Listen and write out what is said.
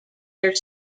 their